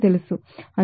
అందువల్లనే ఈ 4